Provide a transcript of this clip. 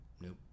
nope